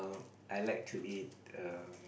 I like to eat um